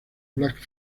black